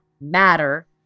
matter